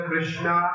Krishna